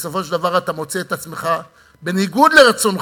ובסופו של דבר אתה מוצא את עצמך, בניגוד לרצונך,